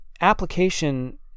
application